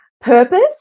purpose